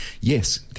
yes